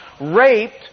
raped